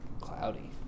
cloudy